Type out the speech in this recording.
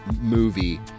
movie